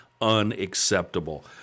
unacceptable